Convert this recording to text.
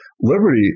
Liberty